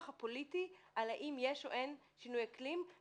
הפוליטי על האם יש או אין שינויי אקלים.